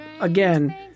Again